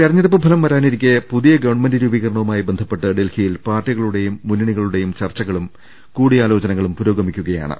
തെരഞ്ഞെടുപ്പ് ഫലം വരാനിരിക്കെ പുതിയ ഗവൺമെന്റ് രൂപീ കരണവുമായി ബ്ന്ധപ്പെട്ട് ഡൽഹിയിൽ പാർട്ടികളുടേയും മുന്നണി കളുടേയും ചർച്ചകളും കൂടിയാലോചനകളും പുരോഗമിക്കുകയാ ണ്